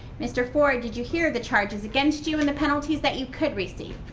mr. ford, did you hear the charges against you and the penalties that you could receive?